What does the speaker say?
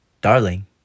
Darling